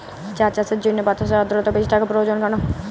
চা চাষের জন্য বাতাসে আর্দ্রতা বেশি থাকা প্রয়োজন কেন?